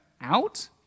out